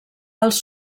als